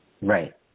Right